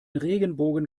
regenbogen